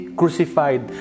crucified